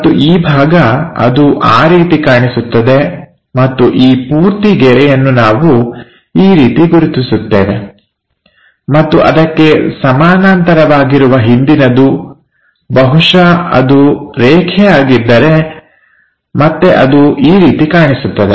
ಮತ್ತು ಈ ಭಾಗ ಅದು ಆ ರೀತಿ ಕಾಣಿಸುತ್ತದೆ ಮತ್ತು ಈ ಪೂರ್ತಿ ಗೆರೆಯನ್ನು ನಾವು ಈ ರೀತಿ ಗುರುತಿಸುತ್ತೇವೆ ಮತ್ತು ಅದಕ್ಕೆ ಸಮಾನಾಂತರವಾಗಿರುವ ಹಿಂದಿನದು ಬಹುಶಃ ಅದು ರೇಖೆ ಅಗಿದ್ದರೆ ಮತ್ತೆ ಅದು ಈ ರೀತಿ ಕಾಣಿಸುತ್ತದೆ